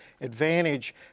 advantage